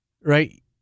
right